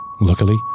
luckily